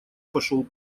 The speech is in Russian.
пошел